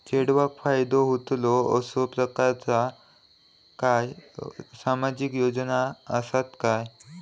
चेडवाक फायदो होतलो असो प्रकारचा काही सामाजिक योजना असात काय?